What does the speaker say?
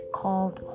called